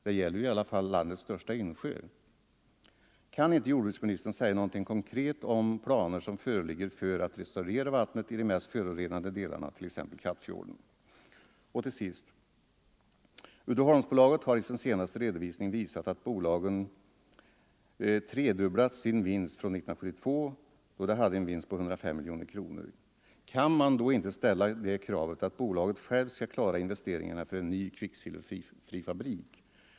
Det gäller ju i alla fall landets största insjö. Kan inte jordbruksministern säga någonting konkret om vilka planer som föreligger för att restaurera vattnet i de mest förorenade delarna, t.ex. i Kattfjorden? Till sist: Uddeholmbolaget har i sin senaste redovisning visat att bolaget tredubblat sin vinst från 1972, då det hade en vinst på 105 miljoner kronor. Kan man då inte ställa det kravet, att bolaget självt skall klara investeringarna för en ny kvicksilverfri fabrik?